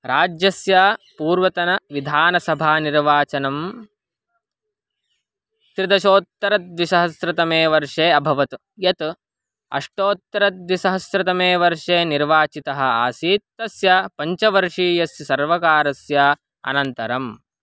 राज्यस्य पूर्वतनविधानसभानिर्वाचनं त्रिदशोत्तरद्विसहस्रतमे वर्षे अभवत् यत् अष्टोत्तरद्विसहस्रतमे वर्षे निर्वाचितः आसीत् तस्य पञ्चवर्षीयस्य सर्वकारस्य अनन्तरम्